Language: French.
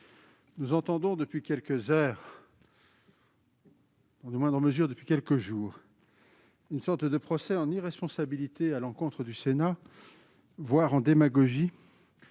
nous entendons, depuis quelques heures et, dans une moindre mesure, depuis quelques jours, une sorte de procès en irresponsabilité, voire en démagogie,